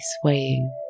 swaying